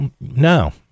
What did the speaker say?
No